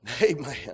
Amen